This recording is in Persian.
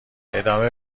ادامه